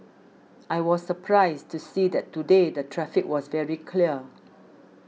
I was surprised to see that today the traffic was very clear